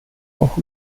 auch